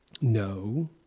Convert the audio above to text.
No